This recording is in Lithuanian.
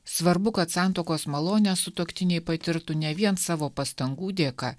svarbu kad santuokos malonę sutuoktiniai patirtų ne vien savo pastangų dėka